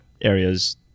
areas